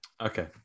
Okay